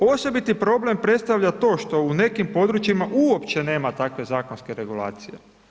Osobiti problem predstavlja to što u nekim područjima uopće nema takve zakonske regulacije.